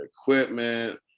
equipment